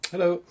Hello